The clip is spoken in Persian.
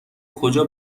کجا